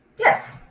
yes.